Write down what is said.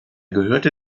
gehörte